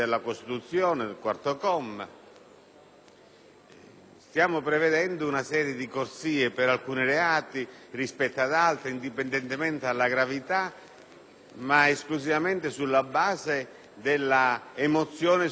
stiamo prevedendo una serie di corsie preferenziali per alcuni reati rispetto ad altri, indipendentemente dalla loro gravità, ma esclusivamente sulla base dell'emozione suscitata dall'ultimo avvenimento accaduto.